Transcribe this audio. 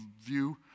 view